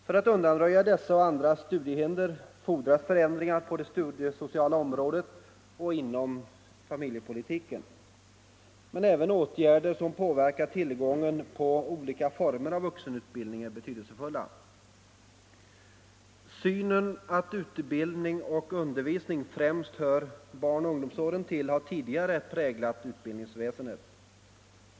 För att undanröja dessa och andra studiehinder fordras förändringar på det studiesociala området och inom familjepolitiken. Men även åtgärder som påverkar tillgången på olika former av vuxenutbildning är betydelsefulla. Synen att utbildning och undervisning främst hör barnaoch ungdomsåren till, har tidigare präglat utbildningsväsendet.